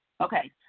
okay